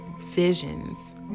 visions